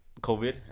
COVID